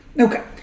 Okay